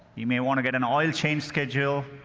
you may want to get an oil change schedule,